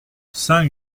cinq